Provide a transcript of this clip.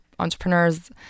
entrepreneurs